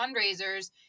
fundraisers